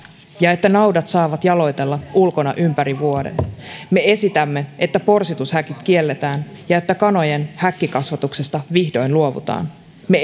ja että naudat saavat jaloitella ulkona ympäri vuoden me esitämme että porsitushäkit kielletään ja että kanojen häkkikasvatuksesta vihdoin luovutaan me